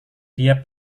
dia